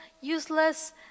useless